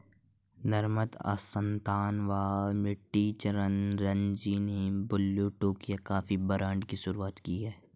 नम्रता अस्थाना व मैट चितरंजन ने Blue Tokai coffee brand की शुरुआत की